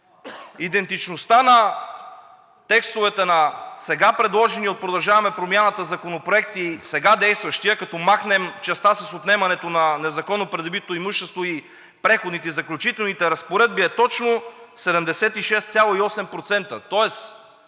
Идентичността на текстовете на сега предложения от „Продължаваме Промяната“ Законопроект и сега действащия, като махнем частта с отнемането на незаконно придобитото имущество и Преходните и заключителните разпоредби, е точно 76,8%,